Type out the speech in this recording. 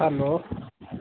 hello